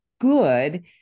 good